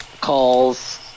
calls